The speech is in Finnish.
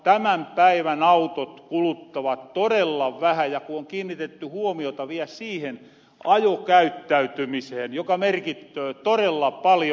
tämän päivän autot kuluttavat todella vähän ja on kiinnitetty huomiota viä siihen ajokäyttäytymiseen joka merkittöö torella paljon